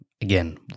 Again